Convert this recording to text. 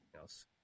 else